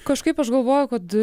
kažkaip aš galvoju kad